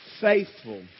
faithful